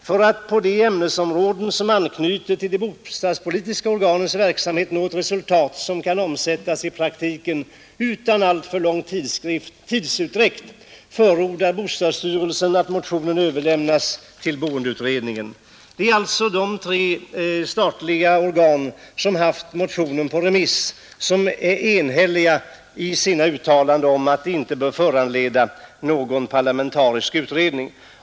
För att på de ämnesområden, som anknyter till de bostadspolitiska organens verksamhet, nå ett resultat som kan omsättas i praktiken utan alltför lång tidsutdräkt förordar bostadsstyrelsen att motionen överlämnas till boendeutredningen. De tre statliga organ som haft motionen på remiss är alltså enhälliga i sina uttalanden om att motionen inte bör föranleda tillsättandet av en parlamentarisk utredning.